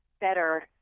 better